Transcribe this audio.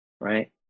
right